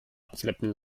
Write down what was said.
abschleppen